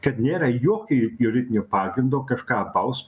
kad nėra jokio juridinio pagrindo kažką baust